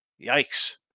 Yikes